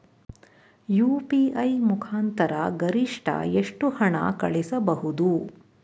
UPI ಮುಖಾಂತರ ಗರಿಷ್ಠ ಎಷ್ಟು ಹಣ ಕಳಿಸಬಹುದು?